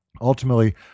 Ultimately